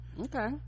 okay